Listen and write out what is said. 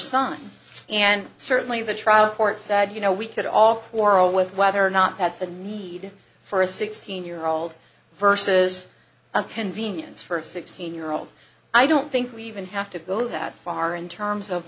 son and certainly the trial court said you know we could all quarrel with whether or not that's a need for a sixteen year old versus a convenience for a sixteen year old i don't think we even have to go that far in terms of